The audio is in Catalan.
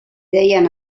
deien